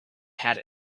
had